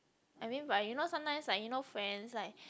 I mean but you know sometimes like you know friends like